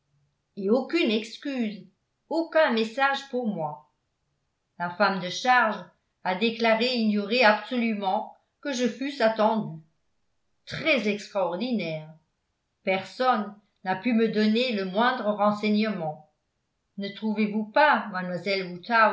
et aucune excuse aucun message pour moi la femme de charge a déclaré ignorer absolument que je fusse attendu très extraordinaire personne n'a pu me donner le moindre renseignement ne trouvez-vous pas mademoiselle